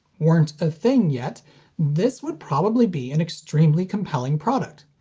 weren't a thing yet this would probably be an extremely compelling product.